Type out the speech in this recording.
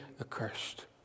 accursed